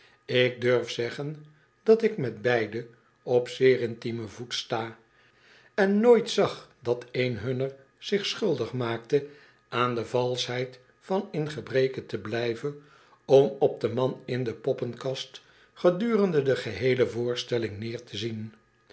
ik durf zeggen dat ik met beide op zeer intiemen voet sta en nooit zag dat een hunner zich schuldig maakte aan de valschheid van in gebreke te blijven om op den man in de poppenkast gedurende de geheele voorstelling neer te zien